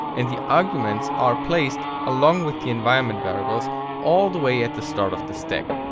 and the arguments are placed, along with the environment variables all the way at the start of the stack.